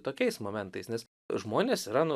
tokiais momentais nes žmonės yra nu